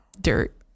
Dirt